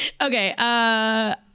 Okay